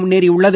முன்னேறியுள்ளது